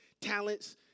talents